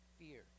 fear